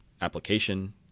application